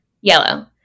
Yellow